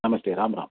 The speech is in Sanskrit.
नमस्ते रां राम्